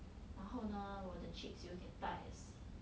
然后呢我的 cheeks 有点大也是